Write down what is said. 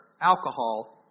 alcohol